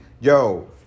yo